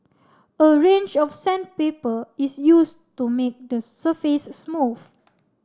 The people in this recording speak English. a range of sandpaper is used to make the surface smooth